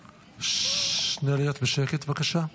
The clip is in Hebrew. נא להיות בשקט, בבקשה.